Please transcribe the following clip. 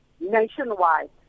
nationwide